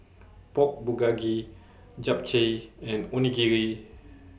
Pork Bulgogi Japchae and Onigiri